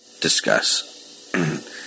Discuss